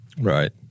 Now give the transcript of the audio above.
Right